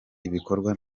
ibikorwa